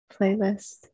playlist